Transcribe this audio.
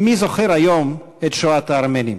מי זוכר היום את שואת הארמנים?